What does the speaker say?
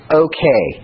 okay